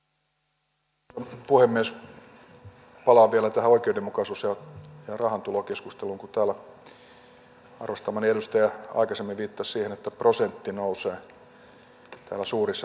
palaan vielä tähän oikeudenmukaisuus ja rahantulokeskusteluun kun täällä arvostamani edustaja aikaisemmin viittasi siihen että prosentti nousee täällä suurissa pääomatuloissa